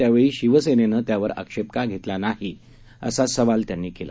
त्यावेळीशिवसेनेनंत्यावरआक्षेपकाघेतलानाही असासवालत्यांनीकेला